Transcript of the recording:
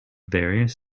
various